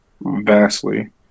Vastly